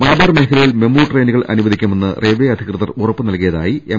മലബാർ മേഖല യിൽ മെമു ട്രെയിനുകൾ അനുവദിക്കുമെന്ന് റെയിൽവെ അധികൃ തർ ഉറപ്പ് നൽകിയതായി എം